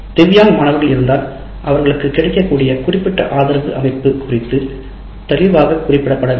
திவ்யாங் மாணவர்கள் இருந்தால் அவர்களுக்கு கிடைக்கக்கூடிய குறிப்பிட்ட ஆதரவு அமைப்பு குறித்து தெளிவாக குறிப்பிடப்பட வேண்டும்